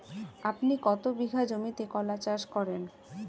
আপনি কত বিঘা জমিতে কলা চাষ করেন?